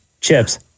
Chips